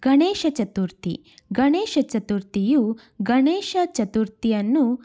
ಗಣೇಶ ಚತುರ್ಥಿ ಗಣೇಶ ಚತುರ್ಥಿಯು ಗಣೇಶ ಚತುರ್ಥಿಯನ್ನು